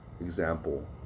example